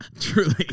Truly